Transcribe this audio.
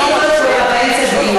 אני לא יכולה באמצע דיון.